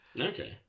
okay